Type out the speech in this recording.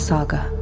Saga